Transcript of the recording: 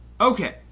Okay